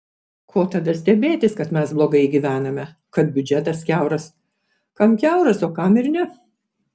ko tada stebėtis kad mes blogai gyvename kad biudžetas kiauras kam kiauras o kam ir ne